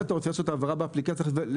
אם אתה רוצה לעשות העברה באפליקציה ושתהיה